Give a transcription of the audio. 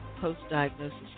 post-diagnosis